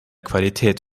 qualität